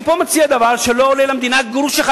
אני פה מציע דבר שלא עולה למדינה גרוש אחד,